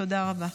תודה רבה.